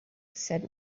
said